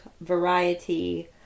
variety